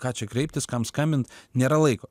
ką čia kreiptis kam skambint nėra laiko